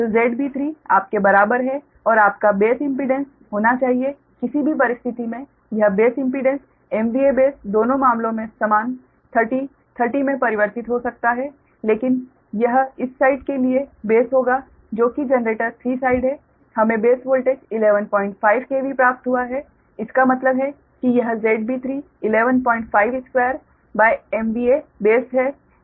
तो ZB3 आपके बराबर है और आपका बेस इम्पीडेंस होना चाहिए किसी भी परिस्थिति में यह बेस इम्पीडेंस MVA बेस दोनों मामलों में समान 30 30 में परिवर्तित हो सकता है लेकिन यह इस साइड के लिए बेस होगा जो कि जनरेटर 3 साइड है हमे बेस वोल्टेज 115 KV प्राप्त हुआ है इसका मतलब है कि यह ZB3 1152 MVA base है